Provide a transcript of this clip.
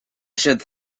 should